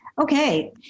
Okay